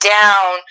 down